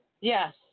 Yes